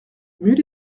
mieux